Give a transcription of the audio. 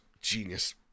genius